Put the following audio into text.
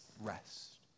rest